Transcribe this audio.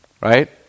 Right